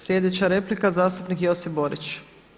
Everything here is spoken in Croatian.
Sljedeća replika zastupnik Josip Borić.